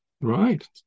Right